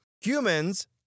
Humans